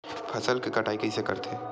फसल के कटाई कइसे करथे?